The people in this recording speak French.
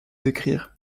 décrire